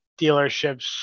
dealerships